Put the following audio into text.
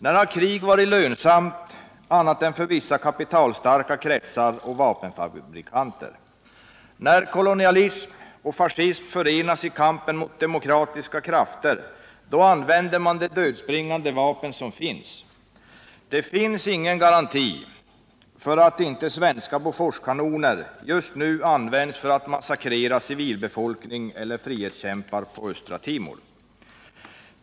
När har krig varit lönsamma annat än för vissa kapitalstarka kretsar och vapenfabrikanter? När kolonialism och fascism förenar sig i kampen mot demokratiska krafter använder man de dödsbringande vapen som finns. Det finns ingen garanti för att inte svenska Boforskanoner just nu används för att massakrera civilbefolkning eller frihetskämpar på Östra Timor.